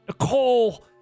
Nicole